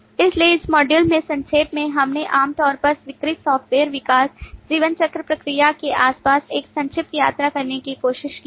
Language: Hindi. इसलिए इस मॉड्यूल में संक्षेप में हमने आमतौर पर स्वीकृत सॉफ्टवेयर विकास जीवनचक्र प्रक्रिया के आसपास एक संक्षिप्त यात्रा करने की कोशिश की है